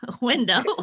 window